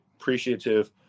appreciative